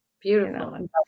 Beautiful